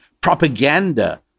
propaganda